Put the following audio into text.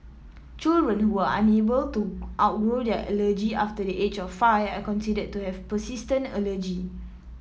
children who are unable to outgrow their allergy after the age of five are considered to have persistent allergy